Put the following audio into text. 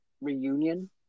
reunion